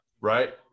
Right